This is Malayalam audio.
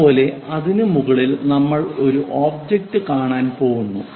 അതുപോലെ അതിനു മുകളിൽ നമ്മൾ ഈ ഒബ്ജക്റ്റ് കാണാൻ പോകുന്നു